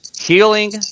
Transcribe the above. Healing